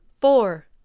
Four